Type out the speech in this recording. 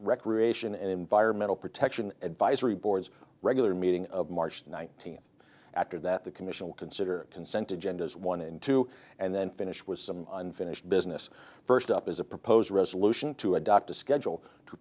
recreation and environmental protection advisory boards regular meeting of march nineteenth after that the commission will consider consent agendas one and two and then finish with some unfinished business first up is a proposed resolution to adopt a schedule to